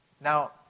Now